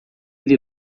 ele